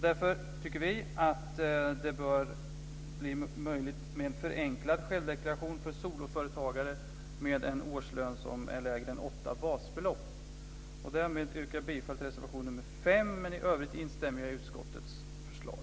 Därför tycker vi att det bör bli möjligt med en förenklad självdeklaration för soloföretagare som har en årslön som är lägre än 8 basbelopp. Därmed yrkar jag bifall till reservation nr 5. I övrigt instämmer jag i utskottets förslag.